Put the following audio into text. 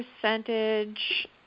percentage